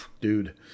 dude